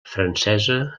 francesa